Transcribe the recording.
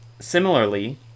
Similarly